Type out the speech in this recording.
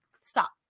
Stop